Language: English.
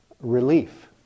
relief